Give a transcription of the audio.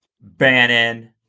Bannon